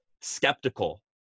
skeptical